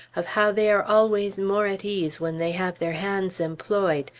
of how they are always more at ease when they have their hands employed,